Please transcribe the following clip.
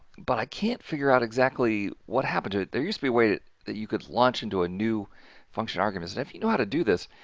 but, i can't figure out exactly what happened. they used to be waited that you could launch into a new function argument. and if you know how to do this